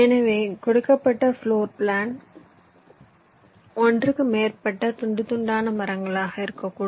எனவே கொடுக்கப்பட்ட floor plan ஒன்றுக்கு மேற்பட்ட துண்டு துண்டான மரங்களாக இருக்கக்கூடும்